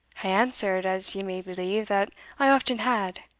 answered, as ye may believe, that i often had.